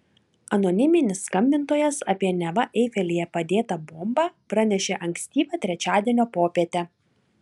anoniminis skambintojas apie neva eifelyje padėtą bombą pranešė ankstyvą trečiadienio popietę